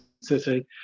city